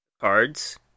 cards